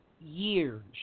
years